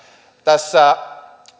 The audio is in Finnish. tässä